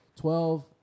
Twelve